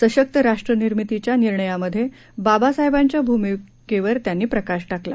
सशक्त राष्ट्रनिर्मितीच्या निर्णयांमध्ये बाबासाहेबांच्या भूमिकेवर त्यांनी प्रकाश टाकला